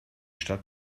stadt